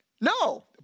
No